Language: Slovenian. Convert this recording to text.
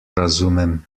razumem